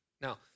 Now